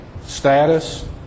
status